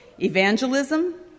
evangelism